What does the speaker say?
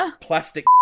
plastic